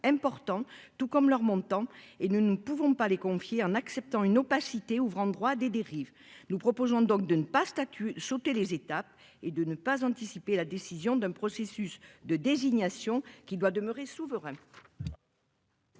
tout comme leur montant et nous ne pouvons pas les confier en acceptant une opacité ouvrant droit à des dérives, nous proposons donc de ne pas statuer sauter les étapes et de ne pas anticiper la décision d'un processus de désignation qui doit demeurer souverain.